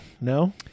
No